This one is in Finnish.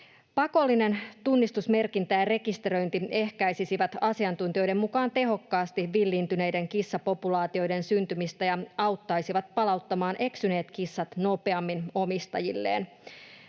Pakollinen tunnistusmerkintä ja rekisteröinti ehkäisisivät asiantuntijoiden mukaan tehokkaasti villiintyneiden kissapopulaatioiden syntymistä ja auttaisivat palauttamaan eksyneet kissat nopeammin omistajilleen.